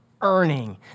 earning